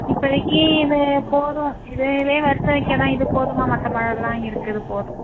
இப்போத்திக்கி இது போதும் இது இதே வருச வைக்கத்தான் இது போதும்மா மற்ற பழமெலாம் இருக்குது போதும்